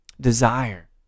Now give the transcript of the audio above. desire